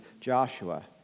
Joshua